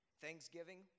Thanksgiving